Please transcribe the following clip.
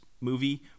movie